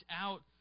out